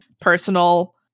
personal